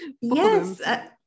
yes